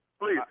Please